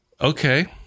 Okay